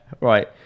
right